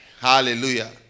Hallelujah